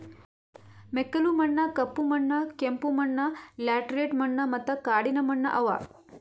ಮೆಕ್ಕಲು ಮಣ್ಣ, ಕಪ್ಪು ಮಣ್ಣ, ಕೆಂಪು ಮಣ್ಣ, ಲ್ಯಾಟರೈಟ್ ಮಣ್ಣ ಮತ್ತ ಕಾಡಿನ ಮಣ್ಣ ಅವಾ